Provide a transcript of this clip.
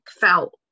felt